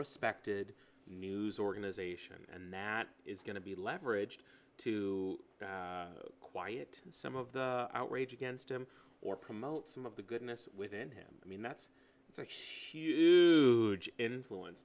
respected news organization and that is going to be leveraged to quiet some of the outrage against him or promote some of the goodness within him i mean that's like shoe influence